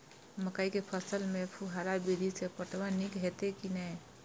मकई के फसल में फुहारा विधि स पटवन नीक हेतै की नै?